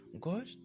god